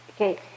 okay